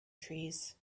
trees